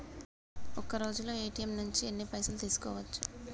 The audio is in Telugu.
ఒక్కరోజులో ఏ.టి.ఎమ్ నుంచి ఎన్ని పైసలు తీసుకోవచ్చు?